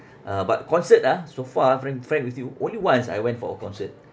uh but concert ah so far ah frank frank with you only once I went for a concert